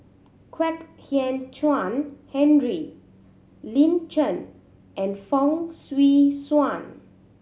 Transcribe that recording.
Kwek Hian Chuan Henry Lin Chen and Fong Swee Suan